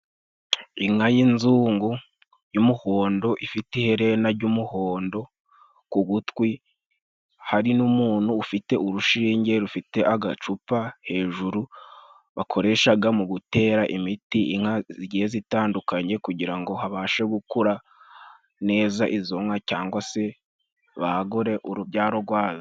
Inka y'inzungu y'umuhondo ifite iherena ry'umuhondo ku gutwi, hari n'umuntu ufite urushinge rufite agacupa hejuru, bakoreshaga mu gutera imiti inka zigiye zitandukanye kugira ngo habashe gukura neza izo nka cyangwa se bagure urubyaro rwazo.